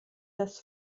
das